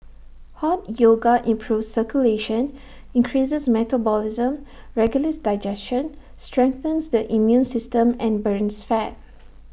hot yoga improves circulation increases metabolism regulates digestion strengthens the immune system and burns fat